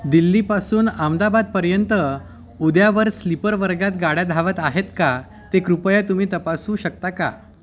दिल्लीपासून अमदाबादपर्यंत उद्यावर स्लीपर वर्गात गाड्या धावत आहेत का ते कृपया तुम्ही तपासू शकता का